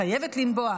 חייבת לנבוע,